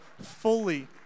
fully